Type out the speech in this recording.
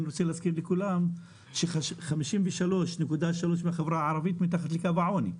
אני רוצה להזכיר לכולם ש-53.3% מהחברה הערבית מתחת לקו העוני.